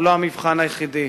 הוא לא המבחן היחידי.